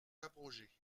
abrogée